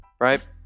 Right